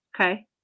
Okay